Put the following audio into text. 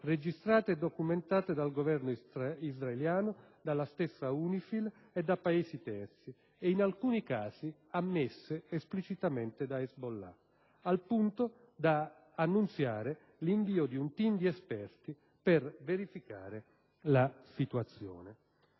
registrate e documentate dal Governo israeliano, dalla stessa UNIFIL e da Paesi terzi e in alcuni casi ammesse esplicitamente da Hezbollah, al punto da annunziare l'invio di un *team* di esperti per verificare la situazione.